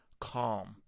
calm